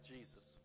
Jesus